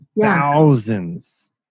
thousands